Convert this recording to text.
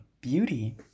beauty